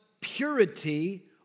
purity